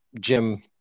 Jim